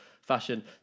fashion